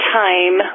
time